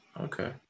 okay